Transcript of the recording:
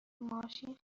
ماشین